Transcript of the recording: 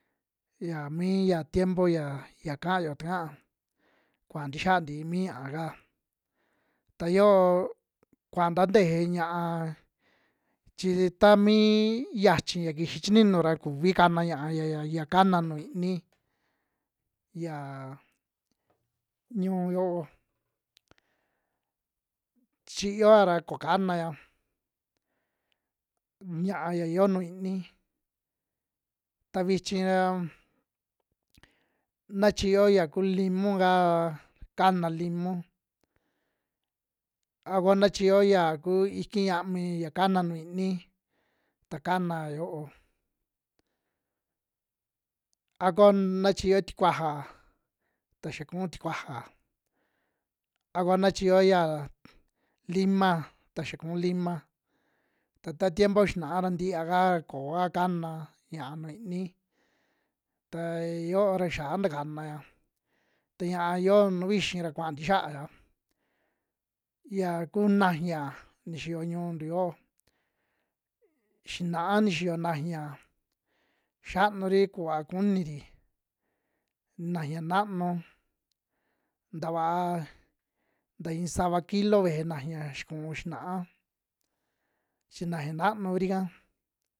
Yia mi ya tiempo ya, ya kayo taka kuaa ntixiaa ntii mi ña'aka, ta yoo kua nta teje ña'a chi tamii xiachi ya kixi chi ninu ra kuvi kana ña'a ya kana nuju iini, ya ñu'un yoo chiyoa ra ko kanaya ña'a ya yoo nu iini, ta vichi ra na chiyo ya kuu limun kaa kana limun, a ko na chiyo ya kuu iki yiami ya kana nuju iini ta kanaa yoo, a ko na chiyo tikuaja ta xia kuun tikuaja, a ko na chiyo ya lima ta xa kuun lima, taa ta tiempo xinaa ra ntiaka ra koa kana ña'a nuu iini, ta ya yo'o ra xa ntakanaya ta ña'a yoo nuu vixi ra kua nti xiaaya yia ku naña nixiyo ñu'untu yo'o, xinaa nixiyo naña xanuri kuva kuniri, naña naanu nta vaa nta iin sava kilo veje naña xi kuun xinaa chi naña naanu kuri'ka.